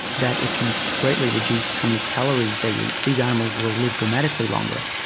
that if you greatly reduce how many calories they eat, these animals will live dramatically longer,